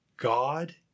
God